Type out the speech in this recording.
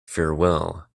farewell